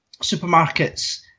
supermarkets